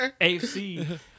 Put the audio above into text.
AFC